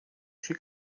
she